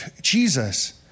Jesus